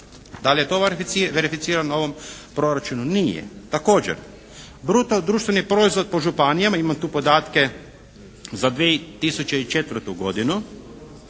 Da li je to verificirano u ovom proračunu? Nije. Također, bruto društveni proizvod po županijama, imam tu podatke za 2004. godinu.